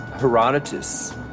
Herodotus